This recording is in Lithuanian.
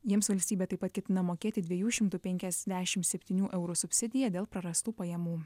jiems valstybė taip pat ketina mokėti dviejų šimtų penkiasdešimt septynių eurų subsidiją dėl prarastų pajamų